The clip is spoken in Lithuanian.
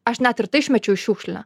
aš net ir tai išmečiau į šiukšlę